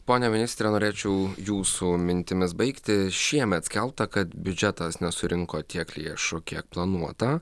pone ministre norėčiau jūsų mintimis baigti šiemet skelbta kad biudžetas nesurinko tiek lėšų kiek planuota